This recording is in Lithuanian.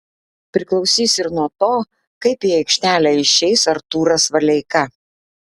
priklausys ir nuo to kaip į aikštelę išeis artūras valeika